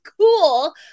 cool